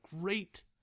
great